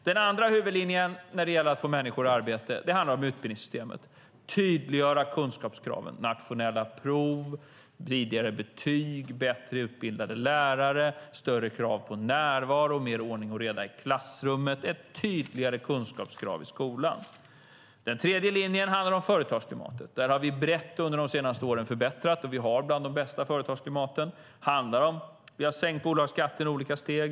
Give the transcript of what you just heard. Den andra huvudlinjen när det gäller att få människor i arbete handlar om utbildningssystemet, att tydliggöra kunskapskraven, nationella prov, tidigare betyg, bättre utbildade lärare, större krav på närvaro, mer ordning och reda i klassrummet och ett tydligare kunskapskrav i skolan. Den tredje linjen handlar om företagsklimatet. Där har vi under de senaste åren förbättrat brett, och vi har bland de bästa företagsklimaten. Det handlar om att vi har sänkt bolagsskatter i olika steg.